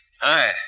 Hi